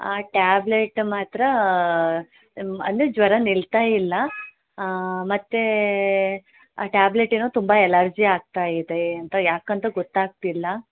ಆ ಟ್ಯಾಬ್ಲೆಟ್ ಮಾತ್ರ ಅಂದರೆ ಜ್ವರ ನಿಲ್ತಾಯಿಲ್ಲ ಮತ್ತೆ ಆ ಟ್ಯಾಬ್ಲೆಟೆನೊ ತುಂಬ ಅಲರ್ಜಿ ಆಗ್ತಾಇದೆ ಅಂತ ಯಾಕಂತ ಗೊತ್ತಾಗ್ತಿಲ್ಲ